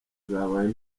zabaye